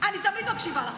את לא חייבת.